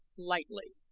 lightly,